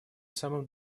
самым